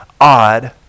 odd